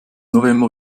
november